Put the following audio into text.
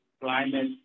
climate